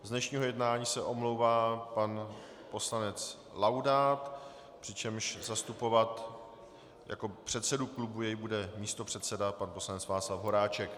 Z dnešního jednání se omlouvá pan poslanec Laudát, přičemž zastupovat jako předsedu klubu jej bude místopředseda pan poslanec Václav Horáček.